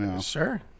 Sure